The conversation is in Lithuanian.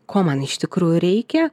ko man iš tikrųjų reikia